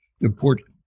important